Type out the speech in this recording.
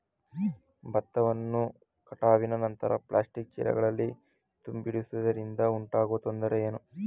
ಭತ್ತವನ್ನು ಕಟಾವಿನ ನಂತರ ಪ್ಲಾಸ್ಟಿಕ್ ಚೀಲಗಳಲ್ಲಿ ತುಂಬಿಸಿಡುವುದರಿಂದ ಉಂಟಾಗುವ ತೊಂದರೆ ಏನು?